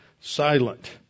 silent